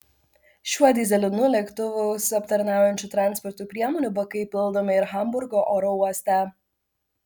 šiuo dyzelinu lėktuvus aptarnaujančių transporto priemonių bakai pildomi ir hamburgo oro uoste